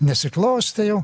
nesiklostė jau